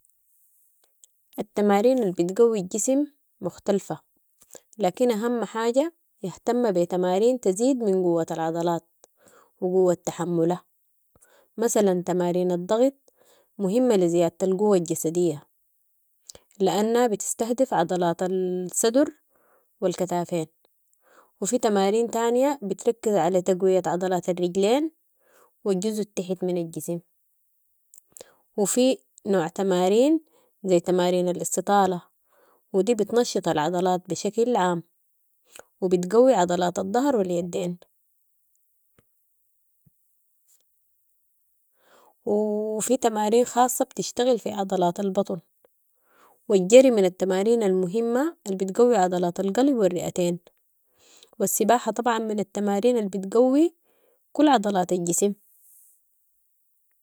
التمارين البتقوي الجسم مختلفة، لكن اهم حاجة، يهتم بي تمارين تزيد من قوة العضلات و قوة تحملها، مثلا تمارين الضغط، مهمة لزيادة القوة الجسدية، لانها بتستهدف عضلات ال- سدر و الكتافين و في تمارين تانية بتركز على تقوية عضلات الرجلين و الجزء التحت من الجسم و في نوع تمارين زي تمارين الاستطالة و دي بتنشط العضلات بشكل عام و بتقوي عضلات الضهر و اليدين و في تمارين خاصة بتشتغل في عضلات البطن و الجري من التمارين المهمة الالبتقوي عضلات القلب و الرئتين و السباحة طبعا من التمارين البتقوي كل عضلات الجسم.